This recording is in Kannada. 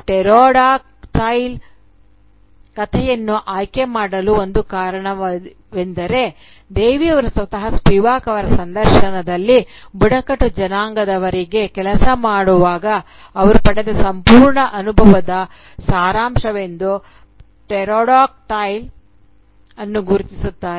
ಪ್ಟೆರೋಡಾಕ್ಟೈಲ್ ಕಥೆಯನ್ನು ಆಯ್ಕೆಮಾಡಲು ಒಂದು ಕಾರಣವೆಂದರೆ ದೇವಿ ಅವರು ಸ್ವತಃ ಸ್ಪಿವಾಕ್ ಅವರ ಸಂದರ್ಶನದಲ್ಲಿ ಬುಡಕಟ್ಟು ಜನಾಂಗದವರೊಂದಿಗೆ ಕೆಲಸ ಮಾಡುವಾಗ ಅವರು ಪಡೆದ ಸಂಪೂರ್ಣ ಅನುಭವದ ಸಾರಾಂಶವೆಂದು ಪ್ಟೆರೋಡಾಕ್ಟೈಲ್ ಅನ್ನು ಗುರುತಿಸುತ್ತಾರೆ